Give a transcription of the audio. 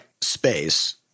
space